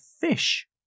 fish